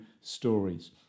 stories